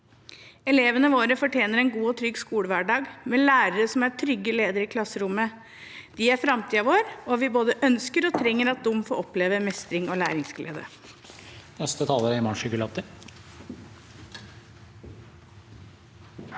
Elevene våre fortjener en god og trygg skolehverdag med lærere som er trygge ledere i klasserommet. De er framtiden vår, og vi både ønsker og trenger at de får oppleve mestring og læringsglede.